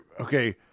Okay